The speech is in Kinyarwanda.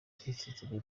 tshisekedi